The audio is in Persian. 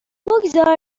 بگذار